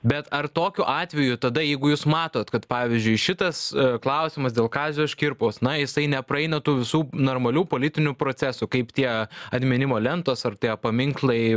bet ar tokiu atveju tada jeigu jūs matot kad pavyzdžiui šitas klausimas dėl kazio škirpos na jisai nepraeina tų visų normalių politinių procesų kaip tie atminimo lentos ar tie paminklai